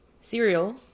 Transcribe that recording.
cereal